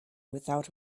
without